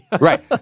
Right